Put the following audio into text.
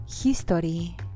history